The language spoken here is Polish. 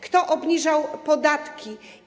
Kto obniżał podatki.